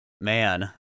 Man